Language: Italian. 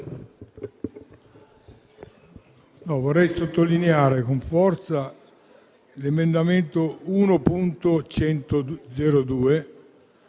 vorrei sottolineare con forza l'emendamento 1.102,